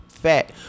fat